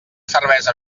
cervesa